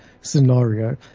scenario